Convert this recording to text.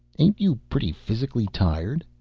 ain't you pretty physically tired?